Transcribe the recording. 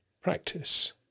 practice